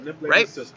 right